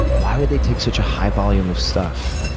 why would they take such a high volume of stuff?